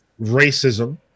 racism